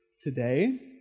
today